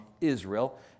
Israel